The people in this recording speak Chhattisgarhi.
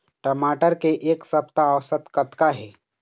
टमाटर के एक सप्ता औसत कतका हे?